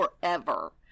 forever